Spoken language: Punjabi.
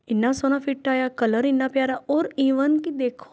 ਇੰਨਾ ਸੋਹਣਾ ਫਿੱਟ ਆਇਆ ਕਲਰ ਇੰਨਾ ਪਿਆਰਾ ਔਰ ਈਵਨ ਕਿ ਦੇਖੋ